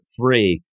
three